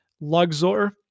Luxor